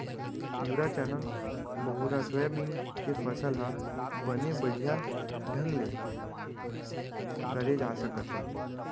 तिंवरा, चना, बहुरा, सोयाबीन के फसल ह बने बड़िहा ढंग ले करे जा सकत हे